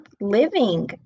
living